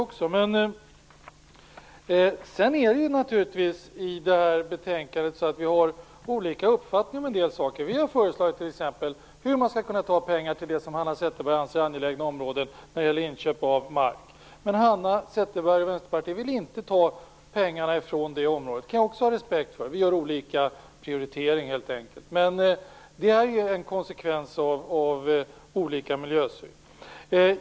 Vi har naturligtvis olika uppfattningar om en del saker i betänkandet. Vi har föreslagit hur man skall kunna ta pengar till det som Hanna Zetterberg anser är angelägna områden när det gäller inköp av mark, men Hanna Zetterberg och Vänsterpartiet vill inte ta pengarna från det området. Det kan jag också ha respekt för. Vi gör olika prioriteringar, helt enkelt. Det är en konsekvens av olika miljösyn.